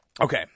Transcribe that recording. Okay